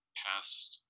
past